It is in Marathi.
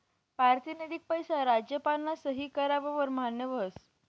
पारतिनिधिक पैसा राज्यपालना सही कराव वर मान्य व्हस